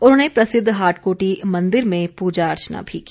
उन्होंने प्रसिद्ध हाटकोटी मंदिर में पूजा अर्चना भी की